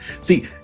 See